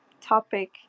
topic